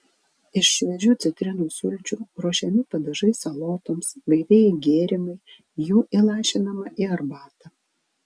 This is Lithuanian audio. iš šviežių citrinų sulčių ruošiami padažai salotoms gaivieji gėrimai jų įlašinama į arbatą